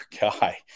guy